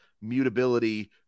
mutability